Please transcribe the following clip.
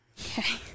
Okay